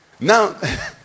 Now